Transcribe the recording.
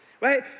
right